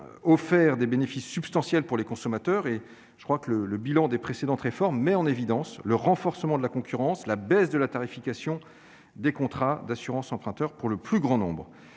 offert des bénéfices substantiels aux consommateurs. Un bilan des précédentes réformes met en évidence un renforcement de la concurrence et ainsi une baisse de la tarification des contrats d'assurance emprunteur pour le plus grand nombre.